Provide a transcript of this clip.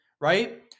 Right